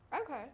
okay